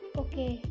okay